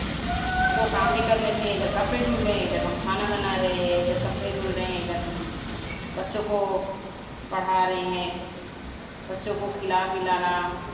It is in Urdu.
دو کام بھی کر لیتے ہیں ادھر کپڑے دھل رہے ہیں ادھر ہم کھانا بنا رہے ہیں ادھر کپڑے دھل رہے ہیں ادھر ہم بچوں کو پڑھا رہے ہیں بچوں کو کھلا پلانا